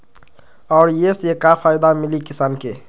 और ये से का फायदा मिली किसान के?